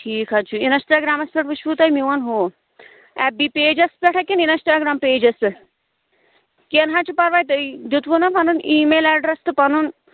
ٹھیٖک حظ چھُ اِنسٹاگَرٛامس پٮ۪ٹھ وُچھوٕ تۄہہِ میٛون ہُہ ایف بی پیجس پٮ۪ٹھ کِنہٕ اِنسٹا گَرٛام پیجس پٮ۪ٹھ کیٚنٛہہ نہَ حظ چھُ پَرواے تۄہہِ دیُتوٕ نا پنُن اِی میل ایڈرس تہٕ پنُن